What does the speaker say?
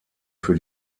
für